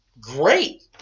great